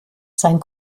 sein